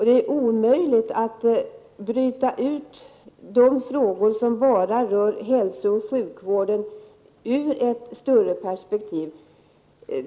Det är omöjligt att bryta ut de frågor som bara rör hälsooch sjukvården ur ett större perspektiv.